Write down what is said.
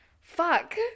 Fuck